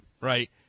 Right